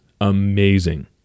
amazing